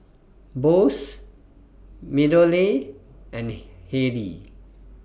Bose Meadowlea and Haylee